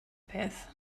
peth